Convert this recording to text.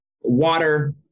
water